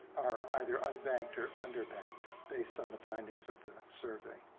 are either unbanked or underbanked based on the findings of the survey.